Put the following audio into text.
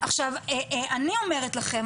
אני אומרת לכם,